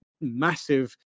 massive